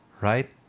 right